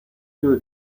too